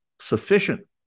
sufficient